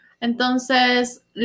entonces